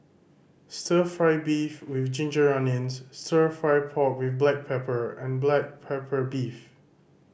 Stir Fry beef with ginger onions Stir Fry pork with black pepper and black pepper beef